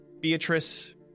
Beatrice